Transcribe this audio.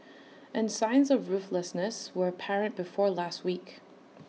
and signs of ruthlessness were apparent before last week